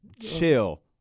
chill